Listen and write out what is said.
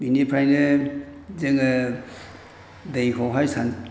बेनिफ्रायनो जोङो दैखौहाय सान